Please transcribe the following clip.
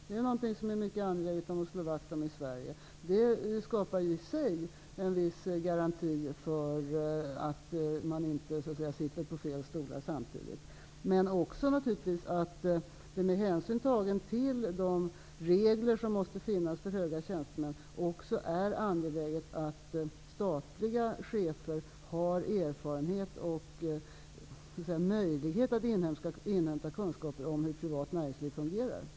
Det är mycket angeläget att vi i Sverige slår vakt om detta, och detta i sig skapar en viss garanti för att man inte så att säga sitter på fel stolar samtidigt. Men det är också, naturligtvis med hänsyn tagen till de regler som måste finnas för höga tjänstemän, angeläget att statliga chefer har erfarenhet och möjlighet att inhämta kunskaper om hur privat näringsliv fungerar.